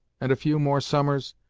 and a few more summers,